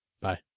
Bye